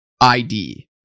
ID